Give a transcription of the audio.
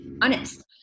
honest